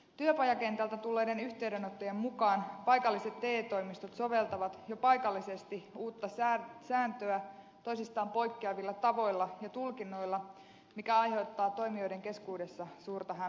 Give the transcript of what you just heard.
työpajakentältä tulleiden yhteydenottojen mukaan paikalliset te toimistot soveltavat jo paikallisesti uutta sääntöä toisistaan poikkeavilla tavoilla ja tulkinnoilla mikä aiheuttaa toimijoiden keskuudessa suurta hämmennystä